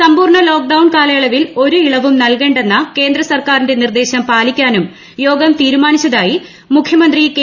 സമ്പൂർണ്ണ ലോക്ക്ഡൌൺ കാലയളവിൽ ഒരു ഇളവും നൽകേണ്ടെന്ന കേന്ദ്രസർക്കാരിന്റെ നിർദ്ദേശം പാലിക്കാനും യോഗം തീരുമാനിച്ചതായി മുഖ്യമന്ത്രി കെ